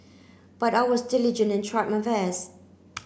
but I was diligent and tried my best